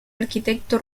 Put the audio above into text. arquitecto